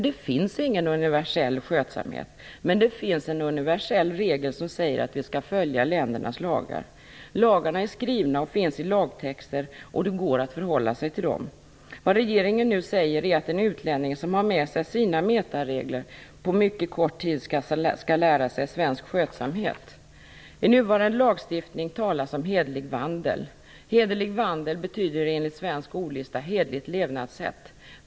Det finns ingen universell skötsamhet, men det finns en universell regel som säger att vi skall följa ländernas lagar. Lagarna är skrivna och finns i lagtexter, och det går att förhålla sig till dem. Vad regeringen nu säger är att en utlänning som har med sig sina metaregler på mycket kort tid skall lära sig svensk skötsamhet. I nuvarande lagstiftning talas om "hederlig vandel". "Hederlig vandel" betyder enligt svensk ordlista "hederligt levnadssätt".